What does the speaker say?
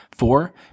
Four